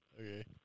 Okay